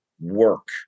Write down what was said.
work